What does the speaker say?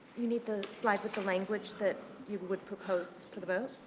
you need the slide with the language that you would would propose for the vote.